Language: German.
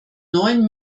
neuen